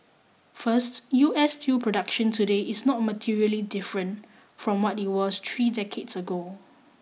first U S steel production today is not materially different from what it was three decades ago